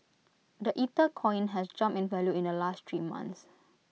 the Ethercoin has jumped in value in the last three months